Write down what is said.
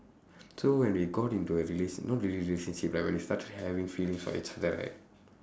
so when we got into a relation~ not really relationship like when we start having feelings for each other right